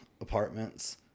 apartments